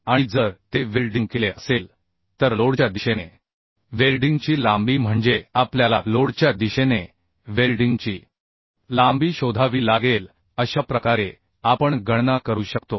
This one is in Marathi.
आणि जर ते वेल्डिंग केले असेल तर लोडच्या दिशेने वेल्डिंगची लांबी म्हणजे आपल्याला लोडच्या दिशेने वेल्डिंगची लांबी शोधावी लागेल अशा प्रकारे आपण गणना करू शकतो